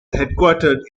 headquartered